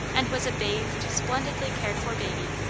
and was a bathed, splendidly cared for baby.